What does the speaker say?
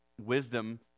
wisdom